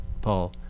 Paul